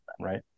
right